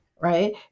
right